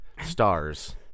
Stars